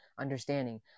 understanding